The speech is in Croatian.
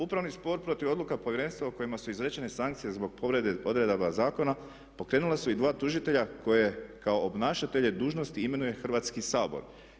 Upravni spor protiv odluka povjerenstva u kojima su izrečene sankcije zbog povrede odredaba zakona pokrenula su i dva tužitelja koje kao obnašatelje dužnosti imenuje Hrvatski sabor.